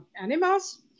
animals